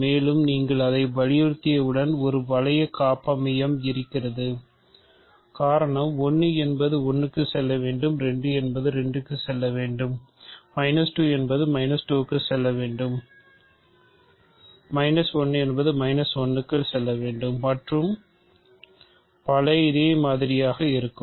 மேலும் நீங்கள் அதை வலியுறுத்தியவுடன் ஒரு வளைய காப்பமைவியம் இருக்கிறது காரணம் 1 என்பது 1 க்கு செல்ல வேண்டும் 2 என்பது 2 க்கு செல்ல வேண்டும் 2 என்பது 2 க்கு செல்ல வேண்டும் 1 என்பது 1 க்கு செல்ல வேண்டும் மற்றும் பல இதே மாதிரியாக இருக்கும்